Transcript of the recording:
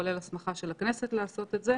כולל הסמכה של הכנסת לעשות את זה.